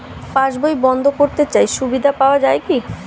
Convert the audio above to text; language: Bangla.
পাশ বই বন্দ করতে চাই সুবিধা পাওয়া যায় কি?